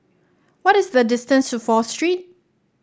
what is the distance to Fourth Street